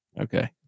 Okay